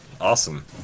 Awesome